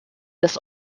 des